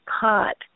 caught